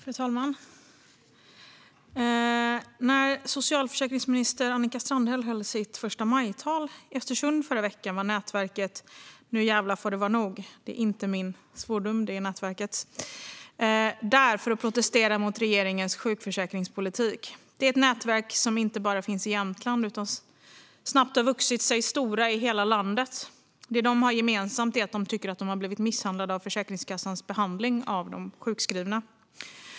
Fru talman! När socialförsäkringsminister Annika Strandhäll höll sitt förstamajtal i Östersund förra veckan var nätverket Nu jävlar får det vara nog - svordomen är inte min utan nätverkets - där för att protestera mot regeringens sjukförsäkringspolitik. Det är ett nätverk som inte bara finns i Jämtland utan snabbt har vuxit sig stort i hela landet. Det de har gemensamt är att de tycker att de har blivit misshandlade genom Försäkringskassans behandling av de sjukskrivna.